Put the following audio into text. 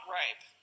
ripe